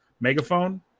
megaphone